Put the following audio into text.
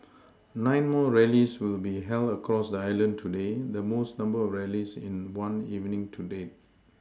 nine more rallies will be held across the island today the most number of rallies in one evening to date